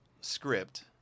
script